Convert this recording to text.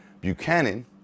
Buchanan